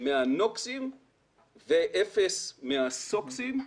מהנוקסים ואפס מהסוקסים.